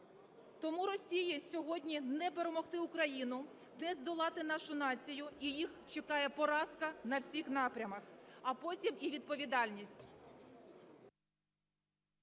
Тому Росії сьогодні не перемогти Україну, не здолати нашу націю, і їх чекає поразка на всіх напрямах, а потім і відповідальність.